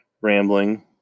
rambling